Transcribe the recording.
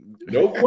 No